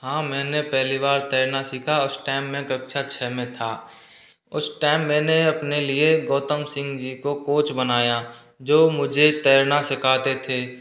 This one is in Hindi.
हाँ मैंने पहली बार तैरना सीखा उस टेम मैं कक्षा छह में था उस टेम मैंने अपने लिए गौतम सिंह जी को कोच बनाया जो मुझे तैरना सीखाते थे